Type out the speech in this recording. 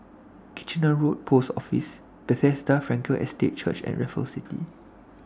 Kitchener Road Post Office Bethesda Frankel Estate Church and Raffles City